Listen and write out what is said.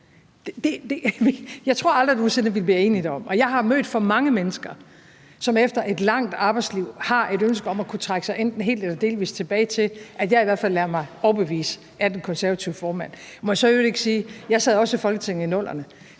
Jeg tror aldrig nogen sinde, vi bliver enige derom. Og jeg har mødt for mange mennesker, som efter et langt arbejdsliv har et ønske om at kunne trække sig enten helt eller delvis tilbage, til at jeg i hvert fald lader mig overbevise af den konservative formand. Må jeg så i øvrigt ikke